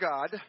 God